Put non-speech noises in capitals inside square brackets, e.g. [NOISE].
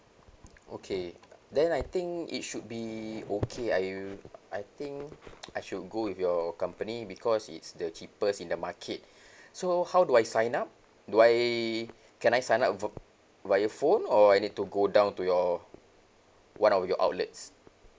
[NOISE] okay then I think it should be okay I I think [NOISE] I should go with your company because it's the cheapest in the market [BREATH] so how do I sign up do I can I sign up v~ via phone or I need to go down to your one of your outlets